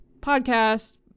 podcast